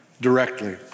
directly